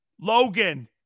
Logan